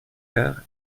coeur